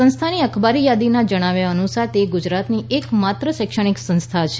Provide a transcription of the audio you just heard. સંસ્થાની અખબારી યાદીમાં જણાવ્યા અનુસાર તે ગુજરાતની એકમાત્ર શૈક્ષણીક સંસ્થા છે